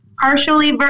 partially